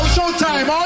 Showtime